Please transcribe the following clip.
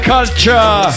Culture